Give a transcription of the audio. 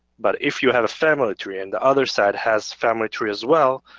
but if you have a family tree and the other side has family tree as well,